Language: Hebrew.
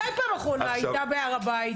מתי פעם אחרונה היית בהר הבית?